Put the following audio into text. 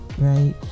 right